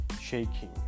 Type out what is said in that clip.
shaking